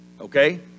Okay